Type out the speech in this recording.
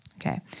Okay